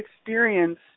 experience